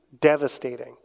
devastating